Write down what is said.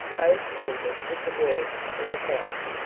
both ended with the words look out.